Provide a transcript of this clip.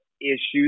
issues